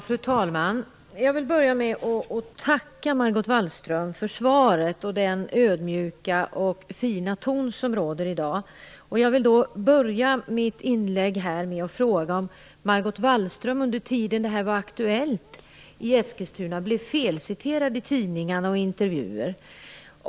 Fru talman! Jag vill börja med att tacka Margot Wallström för svaret, och för den ödmjuka och fina ton som råder i dag. Jag vill fråga Margot Wallström om hon, under tiden detta var aktuellt i Eskilstuna, blev felciterad i tidningar och i intervjuer.